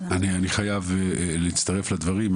אני חייב להצטרף לדברים.